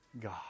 God